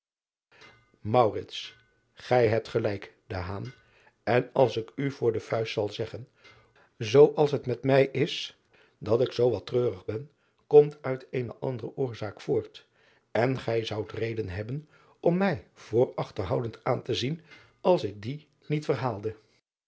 ij hebt gelijk en als ik u voor de vuist zal zeggen zoo als het met mij is dat ik zoo wat treurig ben komt uit eene andere oorzaak voort en gij zoudt reden hebben om mij voor achterhoudend aan te zien als ik die niet